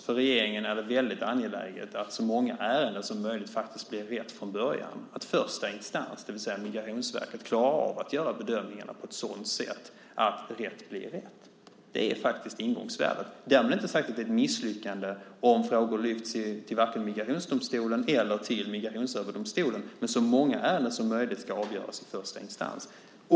För regeringen är det väldigt angeläget att det i så många ärenden som möjligt faktiskt blir rätt från början, alltså att första instans, det vill säga Migrationsverket, klarar av att göra bedömningarna på ett sådant sätt att rätt blir rätt. Det är faktiskt ingångsvärdet. Därmed inte sagt att det är ett misslyckande om frågor så att säga lyfts till migrationsdomstolen eller till Migrationsöverdomstolen. Men så många ärenden som möjligt ska avgöras i första instans.